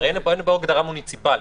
הרי אין פה הגדרה מוניציפלית,